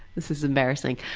this is embarrassing.